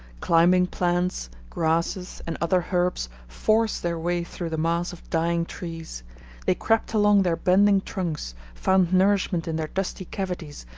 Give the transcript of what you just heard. climbing plants, grasses, and other herbs forced their way through the mass of dying trees they crept along their bending trunks, found nourishment in their dusty cavities,